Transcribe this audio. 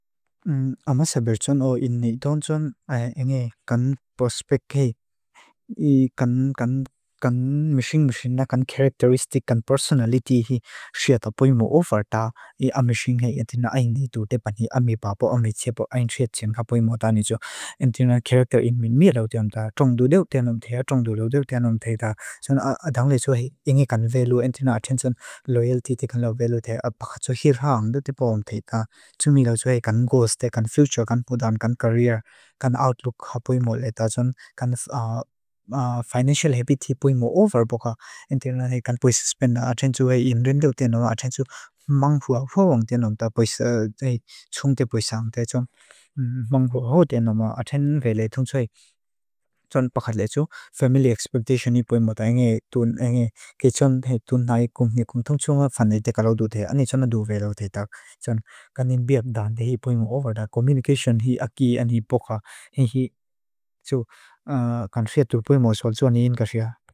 Amasa bertson o inni. Tón tson engi kan prospek hei. I kan meshing meshing na kan characteristic kan personality hei siata pui mua ofarta. I ameshing hei entina ai nitu tepan hei. Ami bapo, ami tsepo, ai siat tsen ka pui mua ta nijo. Entina character inmi mi rao tion ta. Tiong du rao tion omtea. Tiong du rao tion omtea ta. Sona adang le tsu hei. Engi kan value entina attention, loyalty tekan lao value tea. Tiong du rao tion omtea ta.